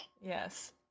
yes